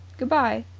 good-bye.